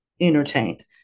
entertained